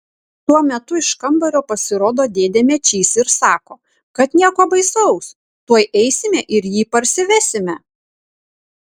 tuo metu iš kambario pasirodo dėdė mečys ir sako kad nieko baisaus tuoj eisime ir jį parsivesime